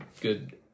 good